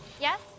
yes